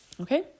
Okay